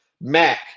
Mac